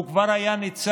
הוא כבר ניצב,